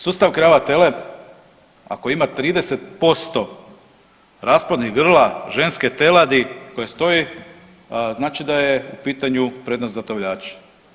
Sustav krava-tele ako ima 30% rasplodnih grla ženske teladi koja stoji znači da je u pitanju prednost za tovljače.